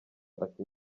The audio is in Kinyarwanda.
ati